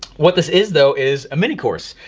what this is, though, is a mini course.